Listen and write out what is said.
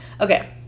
okay